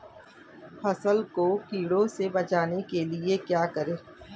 फसल को कीड़ों से बचाने के लिए क्या करें?